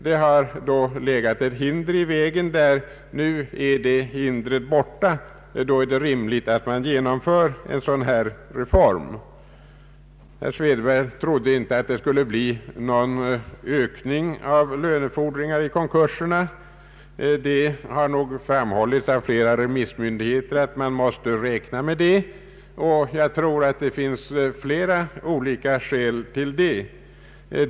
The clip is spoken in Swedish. Det har då legat ett hinder i vägen. Nu är det hindret borta. Då är det rimligt att genomföra en sådan här reform. Herr Svedberg trodde inte att det skulle bli någon ökning av lönefordringar i konkurserna. Det har framhållits av ett flertal remissmyndigheter att man nog måste räkna med det, och jag tror det finns många olika skäl till det.